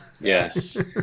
yes